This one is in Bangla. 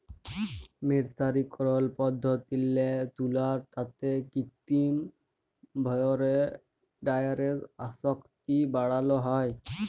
মের্সারিকরল পদ্ধতিল্লে তুলার তাঁতে কিত্তিম ভাঁয়রে ডাইয়ের আসক্তি বাড়ালো হ্যয়